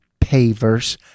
pavers